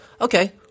Okay